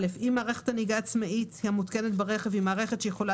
(א)אם מערכת הנהיגה העצמאית המותקנת ברכב העצמאי היא מערכת שיכולה